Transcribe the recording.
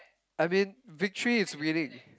I mean victory is winning